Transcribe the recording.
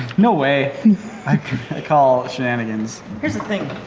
no way i call shenanigans. here's the thing